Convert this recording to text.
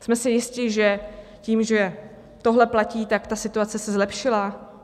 Jsme si jisti, že tím, že tohle platí, tak situace se zlepšila?